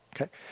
okay